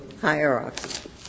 hierarchy